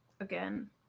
again